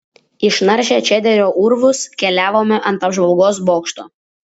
išnaršę čederio urvus keliavome ant apžvalgos bokšto